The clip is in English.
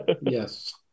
yes